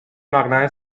مقنعه